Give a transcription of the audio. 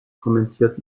kommentiert